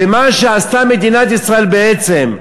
ומה שעשתה מדינת ישראל בעצם,